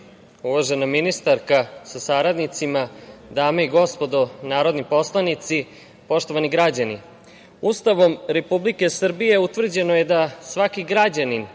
ministarka sa saradnicima, dame i gospodo narodni poslanici, poštovani građani, Ustavom Republike Srbije utvrđeno je da svaki građanin